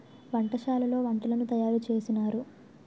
వంటశాలలో వంటలను తయారు చేసినారు